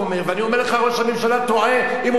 ואני אומר לך: ראש הממשלה טועה, אם הוא מתכופף.